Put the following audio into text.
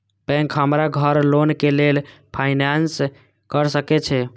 Bank हमरा घर loan के लेल फाईनांस कर सके छे?